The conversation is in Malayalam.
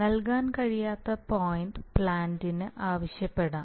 നൽകാൻ കഴിയാത്ത പോയിൻറ് പ്ലാന്റ് ആവശ്യപ്പെടാം